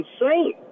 insane